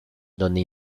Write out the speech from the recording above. donde